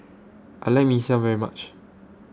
I like Mee Siam very much